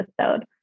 episode